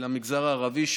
למגזר הערבי,